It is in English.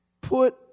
Put